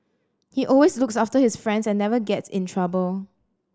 he always looks after his friends and never gets in trouble